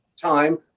time